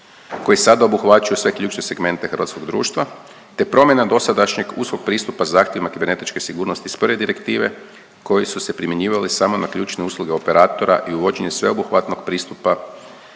koji sada obuhvaćaju sve ključne segmente hrvatskog društva te promjena dosadašnjeg uskog pristupa zahtjevima kibernetičke sigurnosti iz prve direktive koji su se primjenjivali samo na ključne usluge operatora i uvođenje sveobuhvatnog pristupa